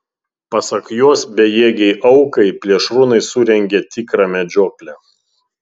pasak jos bejėgei aukai plėšrūnai surengė tikrą medžioklę